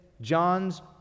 John's